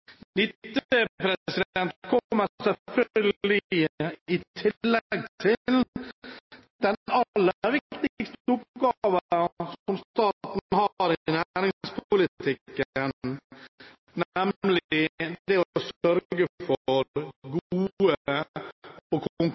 i tillegg til den aller viktigste oppgaven som staten har i næringspolitikken, nemlig det å sørge for